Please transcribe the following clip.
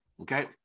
Okay